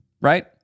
right